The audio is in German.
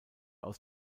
aus